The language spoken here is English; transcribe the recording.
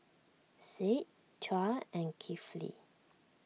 Said Tuah and Kefli